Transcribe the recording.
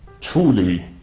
truly